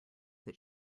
that